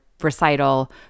recital